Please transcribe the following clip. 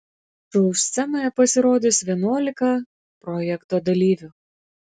šou scenoje pasirodys vienuolika projekto dalyvių